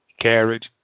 carriage